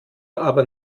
aber